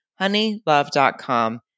Honeylove.com